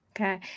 Okay